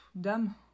Dame